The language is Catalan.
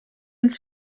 ens